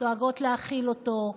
דואגות להאכיל אותו,